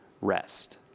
rest